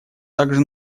также